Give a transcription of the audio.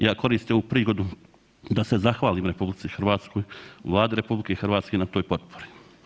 Ja koristim ovu prigodu da se zahvalim RH, Vladi RH na toj potpori.